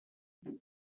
you